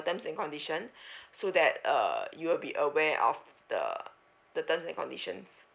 terms and condition so that uh you will be aware of the the terms and conditions